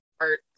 art